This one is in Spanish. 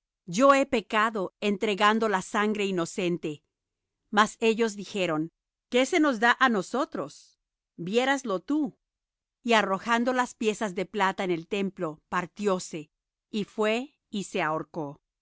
yo he pecado entregando la sangre inocente mas ellos dijeron qué se nos da á nosotros viéras lo tú y arrojando las piezas de plata en el templo partióse y fué y se ahorcó